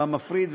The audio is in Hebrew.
במפריד.